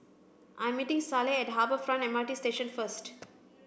I'm meeting Selah at Harbour Front M R T Station first